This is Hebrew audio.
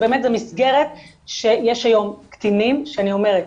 זה באמת מסגרת שיש היום קטינים שאני אומרת,